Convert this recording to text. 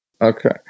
Okay